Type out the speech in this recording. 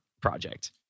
project